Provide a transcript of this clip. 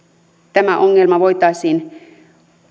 tämä ongelma voitaisiin